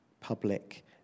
public